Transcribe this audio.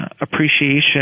appreciation